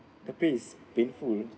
the pay is painful